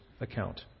account